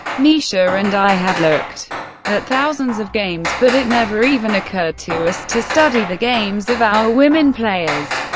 misha and i have looked at thousands of games, but it never even occurred to us to study the games of our women players.